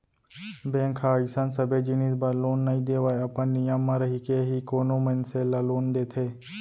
bank ह अइसन सबे जिनिस बर लोन नइ देवय अपन नियम म रहिके ही कोनो मनसे ल लोन देथे